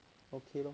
okay lor